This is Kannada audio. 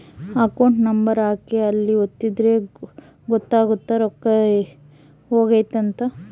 ಅಕೌಂಟ್ ನಂಬರ್ ಹಾಕಿ ಅಲ್ಲಿ ಒತ್ತಿದ್ರೆ ಗೊತ್ತಾಗುತ್ತ ರೊಕ್ಕ ಹೊಗೈತ ಅಂತ